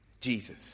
Jesus